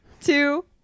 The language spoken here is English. two